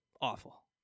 awful